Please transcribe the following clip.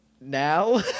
Now